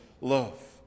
love